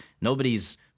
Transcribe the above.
nobody's